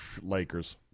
Lakers